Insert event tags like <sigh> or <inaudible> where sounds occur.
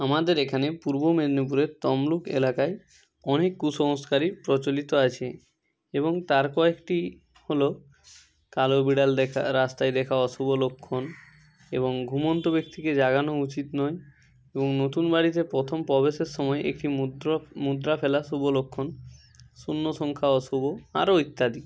আমাদের এখানে পূর্ব মেদিনীপুরের তমলুক এলাকায় অনেক কুসংস্কারই প্রচলিত আছে এবং তার কয়েকটি হল কালো বিড়াল দেখা রাস্তায় দেখা অশুভ লক্ষণ এবং ঘুমন্ত ব্যক্তিকে জাগানো উচিত নয় এবং নতুন বাড়িতে প্রথম প্রবেশের সময় একটি মুদ্রো <unintelligible> মুদ্রা ফেলা শুভ লক্ষণ শূন্য সংখ্যা অশুভ আরও ইত্যাদি